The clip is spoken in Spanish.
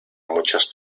muchas